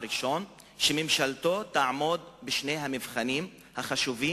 שממשלתו תעמוד בשני המבחנים החשובים